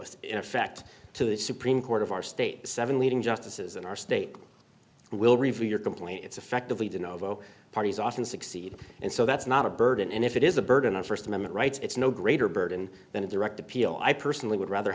is in effect to the supreme court of our state seven leading justices in our state will review your complaints effectively to no parties often succeed and so that's not a burden and if it is a burden of st amendment rights it's no greater burden than a direct appeal i personally would rather